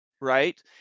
right